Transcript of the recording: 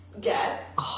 get